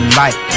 light